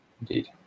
indeed